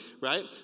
right